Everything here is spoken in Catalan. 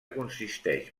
consisteix